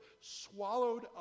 swallowed